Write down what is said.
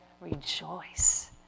Rejoice